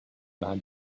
behind